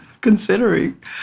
considering